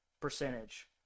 percentage